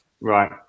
right